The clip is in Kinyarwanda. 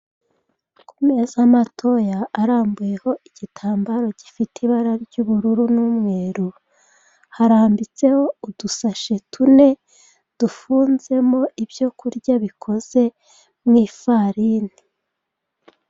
Kumeza matoya arambuyeho igitambaro gifite ibara ry'ubururu n'umweru harambitseho udusashe tune dufunzemo ibyokurya bikoze mwifarini.